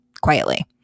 quietly